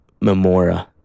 Memora